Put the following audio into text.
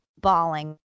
bawling